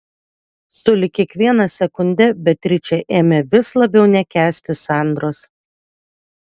sulig kiekviena sekunde beatričė ėmė vis labiau nekęsti sandros